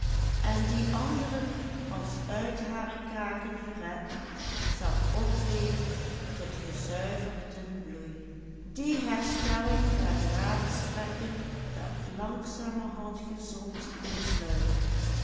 zag opleven tot gezuiverden bloei die herstelling der gelaatstrekken dat langzamerhand gezond insluimeren